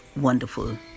wonderful